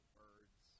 birds